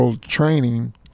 training